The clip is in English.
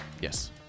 Yes